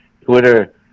Twitter